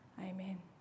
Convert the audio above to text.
Amen